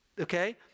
okay